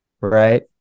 right